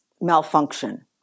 Malfunction